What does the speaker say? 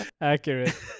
Accurate